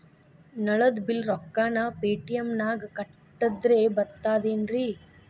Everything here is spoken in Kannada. ನಳದ್ ಬಿಲ್ ರೊಕ್ಕನಾ ಪೇಟಿಎಂ ನಾಗ ಕಟ್ಟದ್ರೆ ಬರ್ತಾದೇನ್ರಿ?